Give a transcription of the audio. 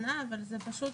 הוא עולה אחת ל --- בקפיצות,